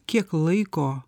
kiek laiko